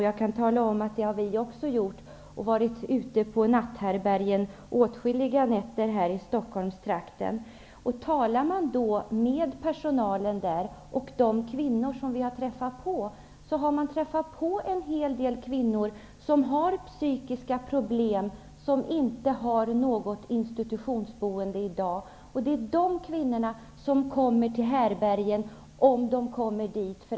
Det har vi, som sagt, också gjort. Åtskilliga nätter har vi varit ute på besök på natthärbärgen här i Stockholmstrakten. I samtalen med personalen och kvinnorna där har vi stött på en hel del kvinnor som har psykiska problem och för vilka det inte finns något institutionsboende i dag. Det är den typen av kvinnor som kommer till härbärgena -- om de nu söker sig dit.